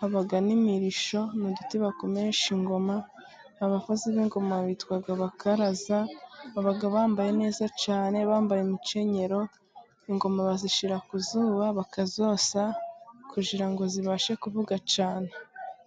habamo imirishyo, ni uduti bakomesha ingoma, abavuzi b'ingoma bitwa bakaraza, baba bambaye neza cyane bambaye umukenyero, ingoma bazishyira kw'izuba bakazosa kugira ngo zibashe kuvuga cyane.